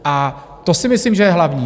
A to si myslím, že je hlavní.